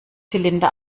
zylinder